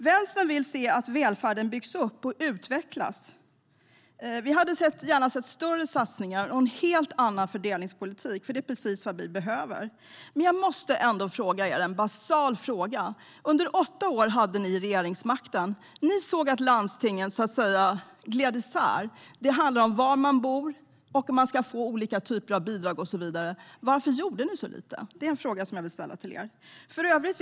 Vänstern vill se att välfärden byggs upp och utvecklas. Vi hade gärna sett större satsningar och en helt annan fördelningspolitik, för det är precis vad vi behöver. Jag måste ställa en basal fråga. Under åtta år hade ni i de borgerliga partierna regeringsmakten. Ni såg att landstingen gled isär. Det handlar om var man bor om man ska få olika typer av bidrag och så vidare. Varför gjorde ni så lite? Det är en fråga som jag vill ställa till er.